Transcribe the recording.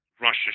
Russia